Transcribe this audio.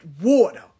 water